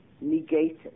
negated